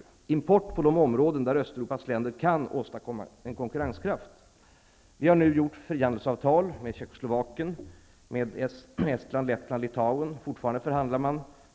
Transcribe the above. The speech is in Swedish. Det gäller import på de områden där Östeuropas länder kan åstadkomma en konkurrenskraft. Vi har nu ingått ett frihandelsavtal med Man förhandlar fortfarande